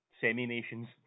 semi-nations